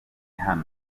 naho